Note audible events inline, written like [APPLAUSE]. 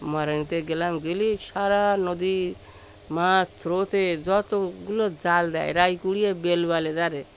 [UNINTELLIGIBLE] গেলাম গেলে সারা নদী মাছ স্রোতে যতগুলো জাল দেয় [UNINTELLIGIBLE]